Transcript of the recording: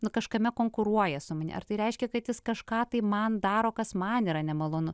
nu kažkame konkuruoja su manim ar tai reiškia kad jis kažką tai man daro kas man yra nemalonu